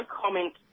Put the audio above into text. comment